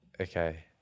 Okay